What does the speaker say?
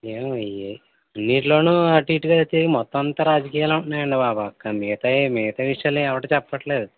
ఏమో అన్నిట్లోనూ అటు ఇటుగా వచ్చి మొత్తం అంత రాజకీయాలే ఉంటున్నాయండి బాబు మిగతాయి మిగతా విషయాలు ఎవరు చెప్పట్లేదు